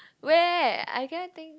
where I cannot think